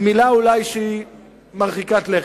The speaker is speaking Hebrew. היא אולי מלה מרחיקת לכת,